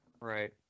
Right